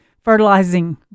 fertilizing